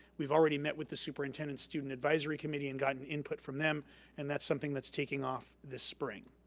we've already met with the superintendent student advisory committee and gotten input from them and that's something that's taking off this spring.